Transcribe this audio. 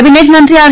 cabinet મંત્રી R